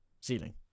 ceiling